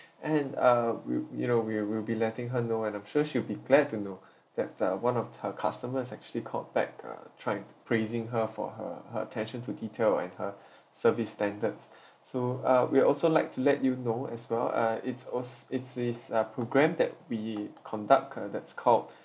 and uh we you know we will be letting her know and I'm sure she'll be glad to know that uh one of her customers actually called back uh tried praising her for her her attention to detail and her service standards so uh we will also like to let you know as well uh it's als~ it's it's a program that we conduct that's called